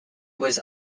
was